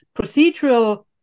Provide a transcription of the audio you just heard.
procedural